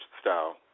style